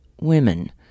women